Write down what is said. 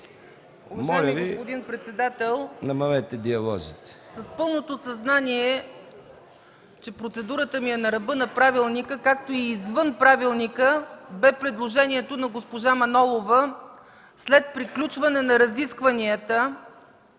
Моля Ви, намалете диалозите.